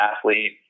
athlete